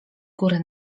góry